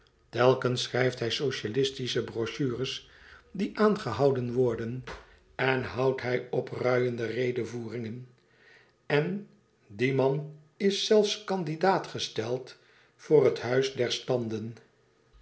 telkens schrijft hij socialistische brochures die aangehouden worden en houdt hij opruiende redevoeringen en die man is zelfs candidaat gesteld voor het huis der standen